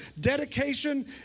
dedication